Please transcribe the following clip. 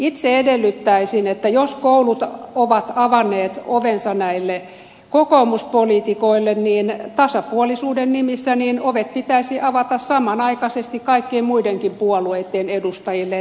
itse edellyttäisin että jos koulut ovat avanneet ovensa näille kokoomuspoliitikoille niin tasapuolisuuden nimissä ovet pitäisi avata samanaikaisesti kaikkien muidenkin puolueitten edustajille